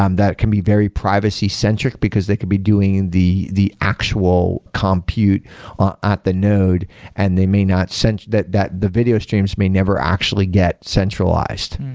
um that can be very privacy centric, because they could be doing the the actual compute at the node and they may not sense that that the video streams may never actually get centralized.